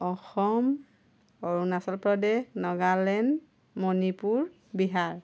Assam Arunachal Pradesh Nagaland Manipur Bihar